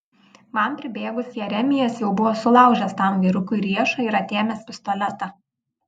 man pribėgus jeremijas jau buvo sulaužęs tam vyrukui riešą ir atėmęs pistoletą